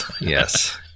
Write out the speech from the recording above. Yes